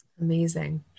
Amazing